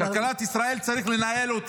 את כלכלת ישראל צריך לנהל.